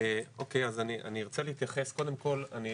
אוקי, אז אני רוצה להתייחס קודם כל, אני